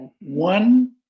one